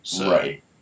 Right